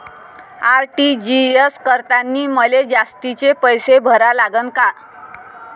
RTGS करतांनी मले जास्तीचे पैसे भरा लागन का?